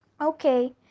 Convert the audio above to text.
Okay